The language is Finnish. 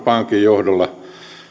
pankin johdolla